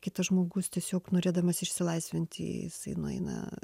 kitas žmogus tiesiog norėdamas išsilaisvinti jisai nueina